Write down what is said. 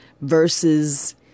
versus